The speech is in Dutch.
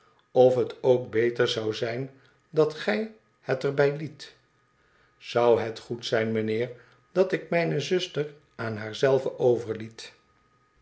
of het ook beter zou zijn dat gij het er bij liet zou het goed zijn mijnheer dat ik mijne zuster aan haar zelve